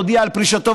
הודיע על פרישתו,